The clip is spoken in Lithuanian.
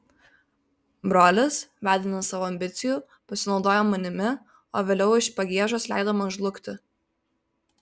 brolis vedinas savo ambicijų pasinaudojo manimi o vėliau iš pagiežos leido man žlugti